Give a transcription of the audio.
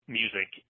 music